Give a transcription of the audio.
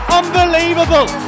unbelievable